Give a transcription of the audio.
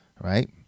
right